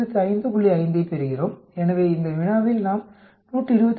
5 ஐப் பெறுகிறோம் எனவே இந்த வினாவில் நாம் 125